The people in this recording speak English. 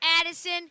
Addison